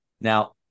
Now